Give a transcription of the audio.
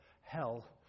hell